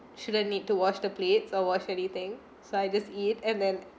shouldn't need to wash the plates or wash anything so I just eat and then